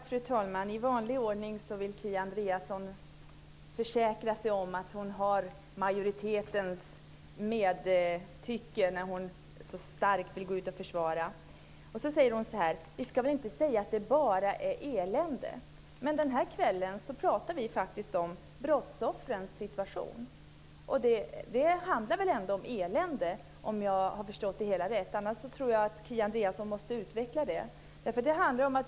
Fru talman! I vanlig ordning vill Kia Andreasson försäkra sig om att hon har majoritetens instämmande när hon så starkt går ut till försvar. Kia Andreasson säger att det inte bara är elände. Men den här kvällen diskuterar vi faktiskt brottsoffrens situation, och det handlar väl ändå om elände, om jag har förstått det hela rätt. Annars tror jag att Kia Andreasson måste utveckla det.